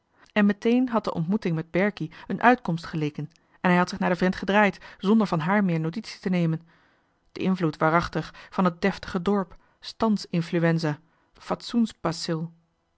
en meteen had de ontmoeting met berkie een uitkomst geleken en hij zich naar den vent gedraaid zonder van haar johan de meester de zonde in het deftige dorp meer notitie te nemen d'invloed waarachtig van t deftige dorp stands influenza fatsoens bacil